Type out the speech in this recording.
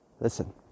listen